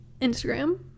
instagram